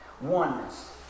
Oneness